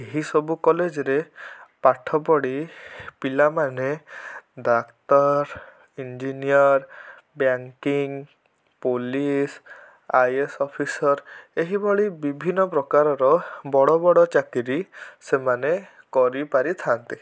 ଏହି ସହୁ କଲେଜ୍ରେ ପାଠ ପଢ଼ି ପିଲାମାନେ doctor engineer banking police I A S officer ଏହିଭଳି ବିଭିନ୍ନ ପ୍ରକାରର ବଡ଼ ବଡ଼ ଚାକିରୀ ସେମାନେ କରିପାରିଥାନ୍ତେ